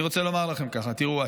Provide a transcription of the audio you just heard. אני רוצה לומר לכם ככה: תראו,